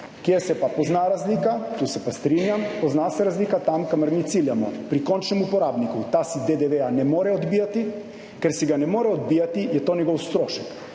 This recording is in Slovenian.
Kje se pa pozna razlika, tu se pa strinjam, razlika se pozna tam, kamor mi ciljamo, pri končnem uporabniku. Ta si DDV ne more odbijati. Ker si ga ne more odbijati, je to njegov strošek